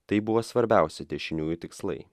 tai buvo svarbiausi dešiniųjų tikslai